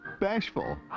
bashful